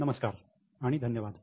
नमस्कार आणि धन्यवाद